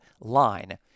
line